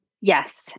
Yes